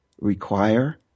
require